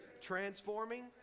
transforming